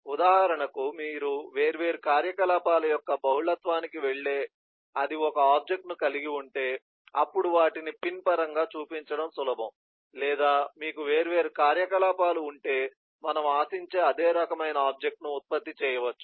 ఉదాహరణకు మీరు వేర్వేరు కార్యకలాపాల యొక్క బహుళత్వానికి వెళ్ళే అది 1 ఆబ్జెక్ట్ ను కలిగి ఉంటే అప్పుడు వాటిని పిన్ పరంగా చూపించడం సులభం లేదా మీకు వేర్వేరు కార్యకలాపాలు ఉంటే మనము ఆశించే అదే రకమైన ఆబ్జెక్ట్ ను ఉత్పత్తి చేయవచ్చు